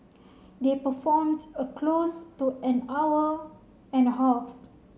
they performed a close to an hour and a half